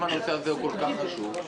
אם הנושא הזה כל כך חשוב.